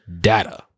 Data